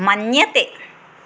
मन्यते